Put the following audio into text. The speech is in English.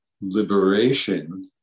liberation